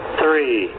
three